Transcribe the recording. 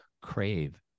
crave